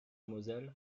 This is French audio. moselle